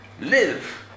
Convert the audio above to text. Live